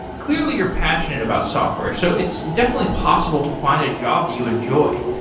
clearly, you're passionate about software, so it's definitely possible to find a job that you enjoy.